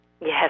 Yes